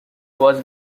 was